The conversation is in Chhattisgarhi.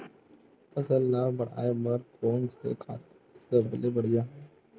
फसल ला बढ़ाए बर कोन से खातु सबले बढ़िया हे?